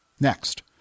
Next